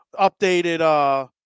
updated –